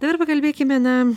dabar pakalbėkime na